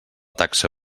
taxa